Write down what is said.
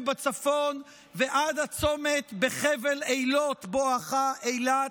בצפון ועד הצומת בחבל אילות בואכה אילת,